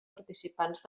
participants